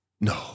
no